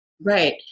Right